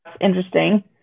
interesting